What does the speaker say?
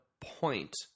point